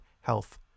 Health